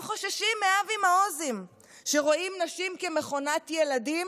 הם חוששים מאבי מעוזים שרואים נשים כמכונת ילדים,